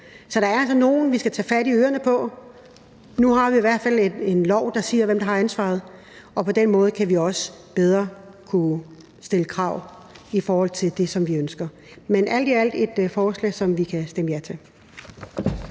Så der er altså nogle, vi skal tage fat i ørerne på. Nu har vi i hvert fald et lovforslag, der siger, hvem der har ansvaret, og på den måde vil vi også bedre kunne stille krav i forhold til det, som vi ønsker. Men alt i alt er det et forslag, som vi kan stemme ja til.